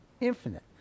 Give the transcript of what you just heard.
Infinite